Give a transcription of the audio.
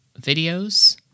videos